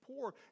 poor